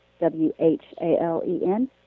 w-h-a-l-e-n